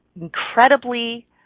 incredibly